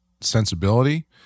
sensibility